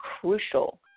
crucial